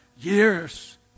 years